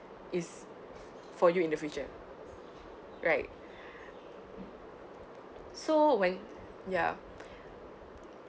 is for you in the future right so when ya